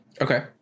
Okay